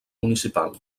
municipal